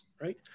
Right